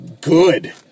good